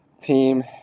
team